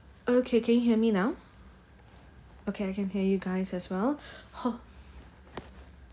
okay can you hear me now okay I can hear you guys as well !huh!